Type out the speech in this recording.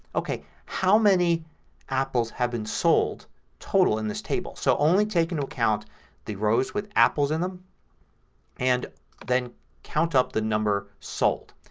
okay how many apples have been sold total in this table. so only take into account the rows with apples in them and then count up the number sold.